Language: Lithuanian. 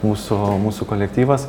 mūsų mūsų kolektyvas